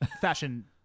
Fashion